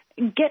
get